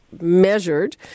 measured